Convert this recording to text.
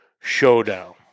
showdown